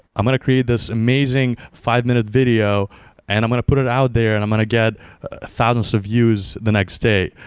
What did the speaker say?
i'm going to create this amazing five-minute video and i'm going to put it out there and i'm going to get thousands of views the next day.